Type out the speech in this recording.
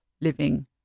living